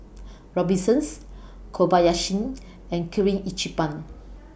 Robinsons Kobayashi and Kirin Ichiban